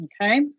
Okay